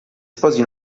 sposi